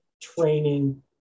training